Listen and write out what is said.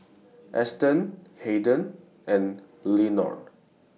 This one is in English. Essex Haden and Lenard